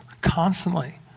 constantly